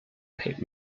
pit